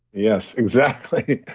yes, exactly.